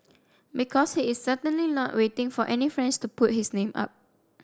because he is certainly not waiting for any friends to put his name up